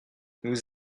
nous